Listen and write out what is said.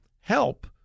help